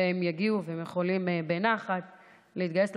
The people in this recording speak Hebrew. והם יגיעו, והם יכולים בנחת להתגייס.